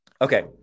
Okay